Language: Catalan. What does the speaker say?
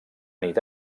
nit